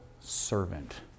servant